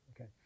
okay